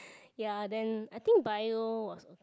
ya then I think bio was okay